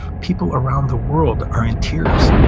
people around the world are in tears.